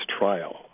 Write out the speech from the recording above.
trial